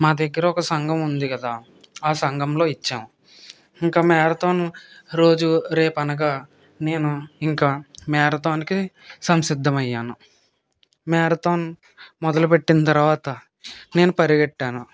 మా దగ్గర ఒక సంగం ఉంది కదా ఆ సంఘంలో ఇచ్చాము ఇంకా మ్యారథాన్ రోజు రేపనగా నేను ఇంకా మ్యారథాన్కి సంసిద్దమయ్యాను మ్యారథాన్ మొదలు పెట్టిన తర్వాత నేను పరిగెట్టాను